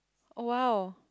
oh !wow!